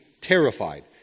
terrified